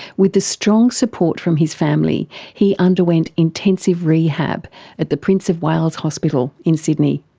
with the strong support from his family he underwent intensive rehab at the prince of wales hospital in sydney.